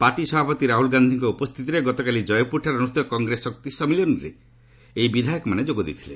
party ସଭାପତି ରାହୁଲ ଗାନ୍ଧିଙ୍କ ଉପସ୍ଥିତିରେ ଗତକାଲି କୟପୁରଠାରେ ଅନୁଷ୍ଠିତ କଂଗ୍ରେସ ଶକ୍ତି ସମ୍ମିଳନୀରେ ଏହି ବିଧାୟକମାନେ ଯୋଗ ଦେଇଥିଲେ